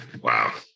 Wow